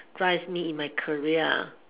drives me in my career